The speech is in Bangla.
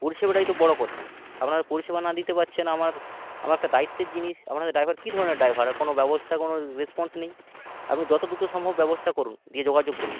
পরিষেবাটাই তো বড় কথা আপনারা পরিষেবা না দিতে পারছেন আমার আমার একটা দায়িত্বের জিনিস আপনাদের ড্রাইভার কী ধরনের ড্রাইভার কোনো ব্যবস্থা কোনো রেসপন্স নেই আপনি যত দ্রুত সম্ভব ব্যবস্থা করুন দিয়ে যোগাযোগ করুন